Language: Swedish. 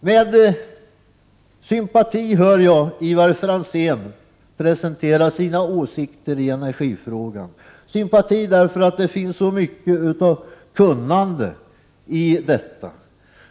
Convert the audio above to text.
Med sympati hör jag Ivar Franzén presentera sina åsikter när det gäller energifrågan. Min sympati kommer av att det finns så mycket av kunnande hos honom.